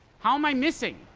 how am i missing?